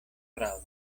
prava